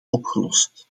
opgelost